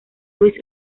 luis